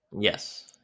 Yes